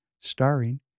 starring